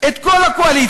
את כל הקואליציה